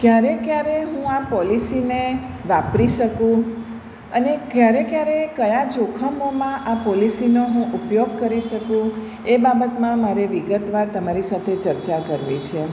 ક્યારે ક્યારે હું આ પોલિસીને વાપરી શકું અને ક્યારે ક્યારે કયા જોખમોમાં આ પોલિસીનો હું ઉપયોગ કરી શકું એ બાબતમાં મારે વિગતવાર તમારી સાથે ચર્ચા કરવી છે